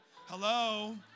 Hello